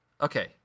Okay